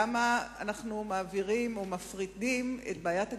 למה אנחנו מפרידים את בעיית הגמלאים,